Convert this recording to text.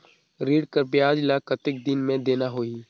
ऋण कर ब्याज ला कतेक दिन मे देना होही?